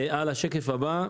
נעבור לשקף הבא,